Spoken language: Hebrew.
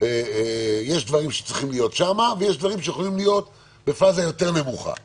יש דברים שצריכים להיות שם ויש דברים שיכולים להיות בפאזה נמוכה יותר.